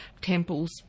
temples